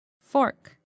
Fork